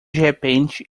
repente